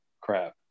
crap